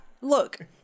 look